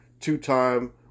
two-time